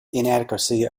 inadequacy